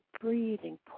breathing